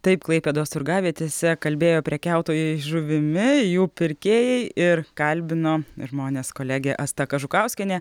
taip klaipėdos turgavietėse kalbėjo prekiautojai žuvimi jų pirkėjai ir kalbino žmones kolegė asta kažukauskienė